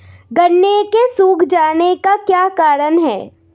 गन्ने के सूख जाने का क्या कारण है?